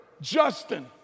Justin